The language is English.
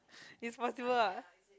is possible